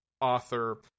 author